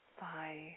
bye